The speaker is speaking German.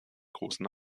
großen